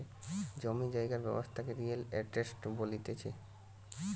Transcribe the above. জমি জায়গার ব্যবসাকে রিয়েল এস্টেট বলতিছে